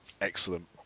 Excellent